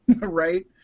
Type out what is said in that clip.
Right